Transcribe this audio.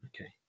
Okay